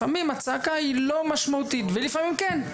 לפעמים הצעקה היא לא משמעותית ולפעמים כן.